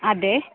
അതേ